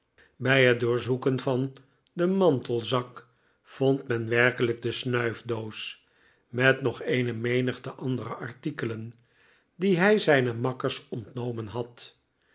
bij het doorzoeken van den mantelzak vond men werkelijk de snuifdoos met nog eene menigte andere artikelen die hij zijnen makkers ontnomen had